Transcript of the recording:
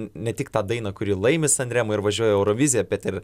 ne tik tą dainą kuri laimi san remą ir važiuoja į euroviziją bet ir